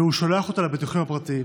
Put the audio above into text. והוא שולח אותה לביטוחים הפרטיים,